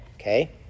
okay